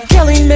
Kelly